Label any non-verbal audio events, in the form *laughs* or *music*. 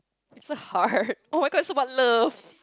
it's a heart *laughs* oh-my-god it's about love